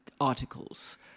articles